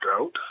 out